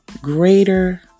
greater